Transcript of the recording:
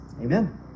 Amen